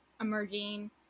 emerging